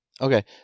Okay